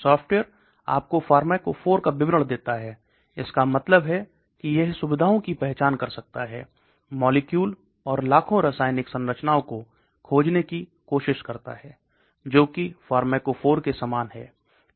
software आपको pharmacophore का विवरण देता है इसका मतलब है कि यह सुविधाओं की पहचान कर सकता है मॉलिक्यूल और लाखों रासायनिक संरचनाओं को खोजने की कोशिश करता है जो की फार्माकोफोर के सामान है